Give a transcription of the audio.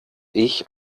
ich